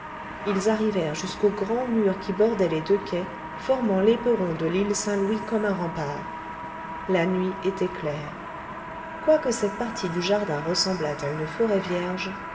ils arrivèrent jusqu'au grand mur qui bordait les deux quais fermant l'éperon de i'ile saint-louis comme un rempart la nuit était claire quoique cette partie du jardin ressemblât à une forêt vierge